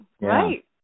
right